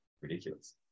ridiculous